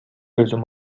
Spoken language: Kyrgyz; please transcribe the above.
өзүм